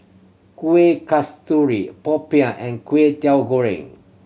Kuih Kasturi popiah and Kway Teow Goreng